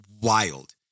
wild